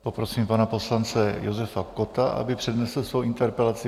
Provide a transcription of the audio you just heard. Poprosím pana poslance Josefa Kotta, aby přednesl svou interpelaci.